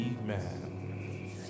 Amen